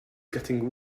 getting